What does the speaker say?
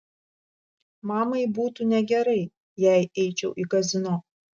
mamai būtų negerai jei eičiau į kazino